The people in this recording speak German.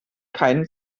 keinen